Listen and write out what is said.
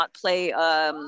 play